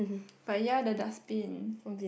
but ya the dustbin